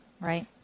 Right